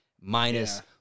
Minus